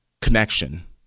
Connection